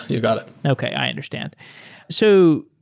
you got it okay. i understand so